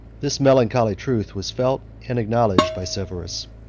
this melancholy truth was felt and acknowledged by severus.